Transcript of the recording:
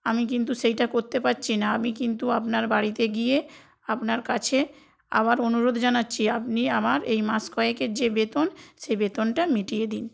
আমি কিন্তু সেইটা করতে পারছি না আমি কিন্তু আপনার বাড়িতে গিয়ে আপনার কাছে আবার অনুরোধ জানাচ্ছি আপনি আমার এই মাস কয়েকের যে বেতন সে বেতনটা মিটিয়ে দিন